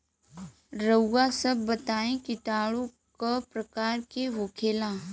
रउआ सभ बताई किटाणु क प्रकार के होखेला?